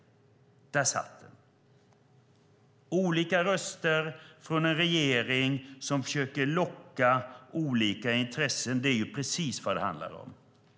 Där satt den! Olika röster från en regering som försöker locka olika intressen är precis vad det handlar om.